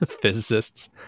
physicists